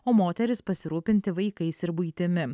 o moteris pasirūpinti vaikais ir buitimi